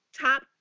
top